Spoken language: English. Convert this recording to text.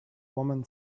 woman